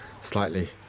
slightly